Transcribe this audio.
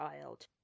child